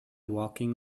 walking